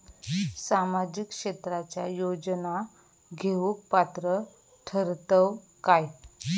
सामाजिक क्षेत्राच्या योजना घेवुक पात्र ठरतव काय?